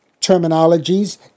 terminologies